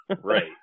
Right